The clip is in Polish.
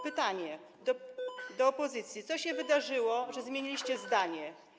Pytanie do opozycji: Co się wydarzyło, że zmieniliście zdanie?